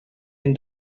and